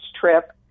trip